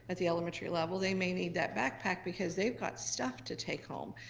at the elementary level, they may need that backpack because they've got stuff to take home.